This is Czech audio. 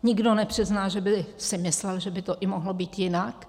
Nikdo nepřizná, že by si myslel, že by to i mohlo být jinak.